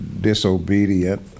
disobedient